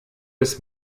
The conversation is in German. des